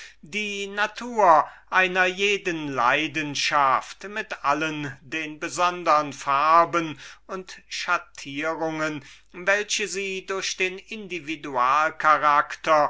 die natur einer jeden leidenschaft mit allen den besondern farben und schattierungen welche sie durch den